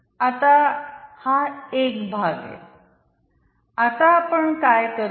आता हा एक भाग आहे आता आपण काय करूया